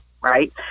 right